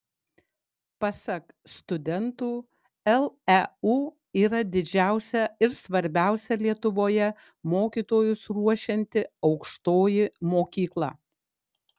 pasak studentų leu yra didžiausia ir svarbiausia lietuvoje mokytojus ruošianti aukštoji mokykla